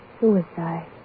suicide